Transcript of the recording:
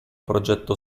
progetto